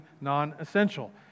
non-essential